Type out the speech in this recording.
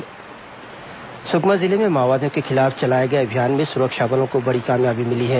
माओवादी मुठभेड़ सुकमा जिले में माओवादियों के खिलाफ चलाए गए अभियान में सुरक्षा बलों को बड़ी कामयाबी मिली है